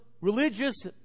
religious